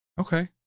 Okay